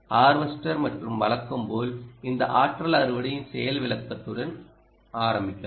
harvester மற்றும் வழக்கம் போல் இந்த ஆற்றல் அறுவடையின் செயல் விளக்கத்துடன் ஆரம்பிக்கலாம்